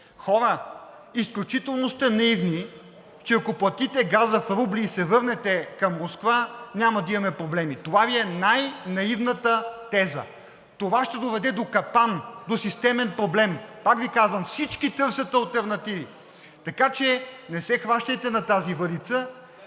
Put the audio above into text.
хора, изключително сте наивни, че ако платите газа в рубли и се върнете към Москва, няма да имаме проблеми. Това Ви е най-наивната теза. Това ще доведе до капан, до системен проблем. Пак Ви казвам: всички търсят алтернативи. Така че не се хващайте на тази въдица.